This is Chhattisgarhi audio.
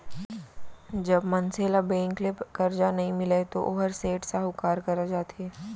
जब मनसे ल बेंक ले करजा नइ मिलय तो वोहर सेठ, साहूकार करा जाथे